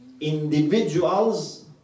individuals